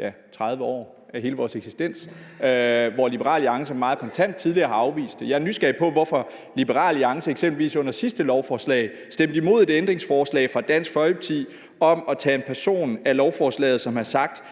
i 30 år, i hele vores eksistens, hvor Liberal Alliance meget kontant tidligere har afvist det. Jeg er nysgerrig på, hvorfor Liberal Alliance eksempelvis under sidste lovforslag stemte imod et ændringsforslag fra Dansk Folkeparti om at tage en person af lovforslaget, som havde sagt: